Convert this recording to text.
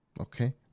Okay